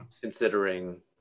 considering